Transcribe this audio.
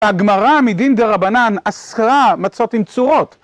הגמרא מדין דרבנן אסרה מצות עם צורות.